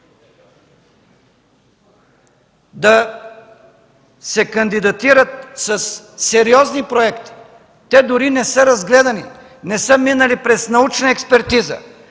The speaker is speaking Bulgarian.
да се кандидатират със сериозни проекти! Те дори не са разгледани, не са минали през научна експертиза,